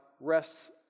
rests